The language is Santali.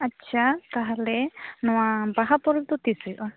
ᱟᱪᱪᱷᱟ ᱛᱟᱦᱚᱞᱮ ᱱᱚᱣᱟ ᱵᱟᱦᱟ ᱯᱚᱨᱚᱵᱽ ᱫᱚ ᱛᱤᱥ ᱦᱩᱭᱩᱜᱼᱟ